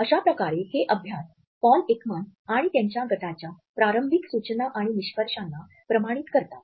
अशाप्रकारे हे अभ्यास पॉल एकमन आणि त्याच्या गटाच्या प्रारंभिक सूचना आणि निष्कर्षांना प्रमाणित करतात